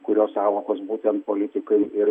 kurio sąvokos būtent politikai ir